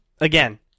Again